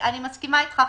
אני מסכימה איתך,